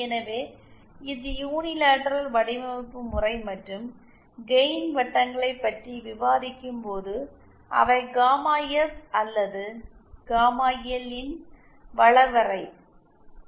எனவே இது யூனிலேட்ரல் வடிவமைப்பு முறை மற்றும் கெயின் வட்டங்களைப் பற்றி விவாதிக்கும்போது அவை காமா எஸ் அல்லது காமா எல் இன் லோகஸ்